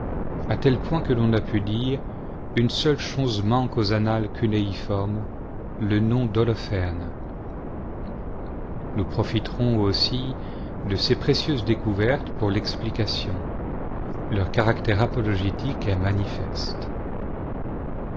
à tel point que l'on a pu dire une seule chose manque aux annales cunéiformes le nom d'holoferne nous profiterons aussi de ces précieuses découvertes pour l'explication leur caractère apologétique